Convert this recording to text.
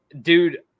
dude